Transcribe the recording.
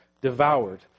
devoured